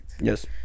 yes